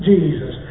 Jesus